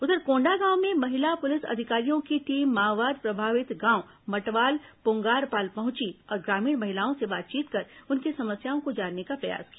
उधर कोंडागांव में महिला पुलिस अधिकारियों की टीम माओवाद प्रभावित गांव मटवाल पुंगारपाल पहुंची और ग्रामीण महिलाओं से बातचीत कर उनकी समस्याओं को जानने का प्रयास किया